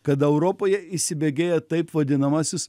kada europoje įsibėgėja taip vadinamasis